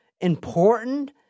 important